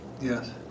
Yes